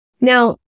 Now